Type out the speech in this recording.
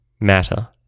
matter